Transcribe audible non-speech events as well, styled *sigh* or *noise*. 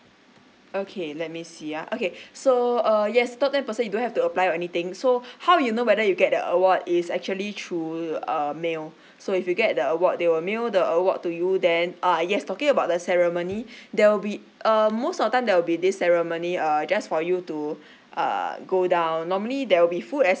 okay let me see ah okay so uh yes top ten percent you don't have to apply or anything so how'd you know whether you get the award is actually through um mail so if you get the award they will mail the award to you then uh yes talking about the ceremony *breath* there will be err most of time there will be this ceremony err just for you to uh go down normally there will be food as